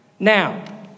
Now